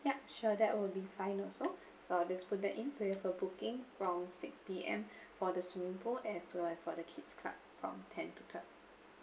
ya sure that will be fine also so I'll just put that in so you have a booking from six P_M for the swimming pool as well as for the kid's club from ten to twelve